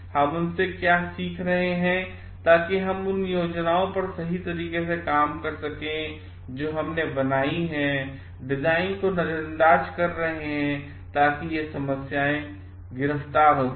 हम उनसे क्या सीख रहे हैं ताकि हम अपनी उन योजनाओं पर सही कर सकें जो हमने बनाई हैं और डिजाइन को नजरअंदाज कर रहे हैं ताकि ये समस्याएंगिरफ्तारहो जाएं